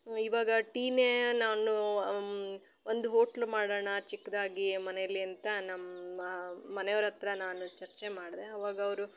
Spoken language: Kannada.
ಇವಾಗ ಟೀನೆ ನಾನು ಒಂದು ಹೋಟ್ಲ್ ಮಾಡೋಣ ಚಿಕ್ಕದಾಗಿ ಮನೇಲ್ಲಿ ಅಂತ ನಮ್ಮ ಮನೆಯವ್ರ ಹತ್ತಿರ ನಾನು ಚರ್ಚೆ ಮಾಡಿದೆ ಅವಾಗ ಅವರು